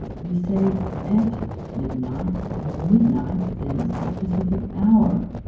we say at midnight because midnight is a specific hour,